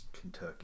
Kentucky